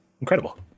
incredible